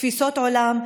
תפיסות עולם,